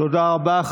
תודה רבה.